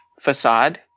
facade